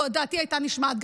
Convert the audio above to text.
לו דעתי הייתה נשמעת,